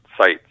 sites